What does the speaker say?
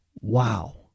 wow